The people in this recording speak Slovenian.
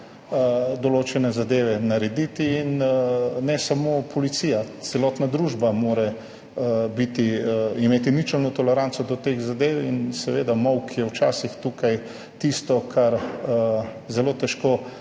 določene zadeve narediti. Ne samo policija, celotna družba mora imeti ničelno toleranco do teh zadev. Molk je včasih tukaj tisto, kar zelo težko